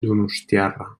donostiarra